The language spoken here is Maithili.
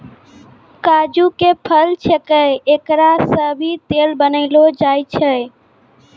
काजू के फल छैके एकरा सॅ भी तेल बनैलो जाय छै